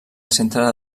centre